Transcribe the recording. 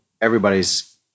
everybody's